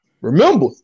remember